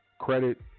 credit